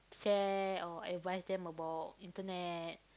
share or advice them about internet